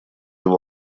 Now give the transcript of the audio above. его